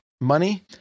money